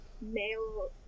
male